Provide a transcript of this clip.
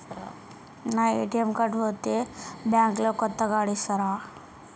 నా ATM card పోతే bank లో కొత్త కార్డు ఇస్తరా?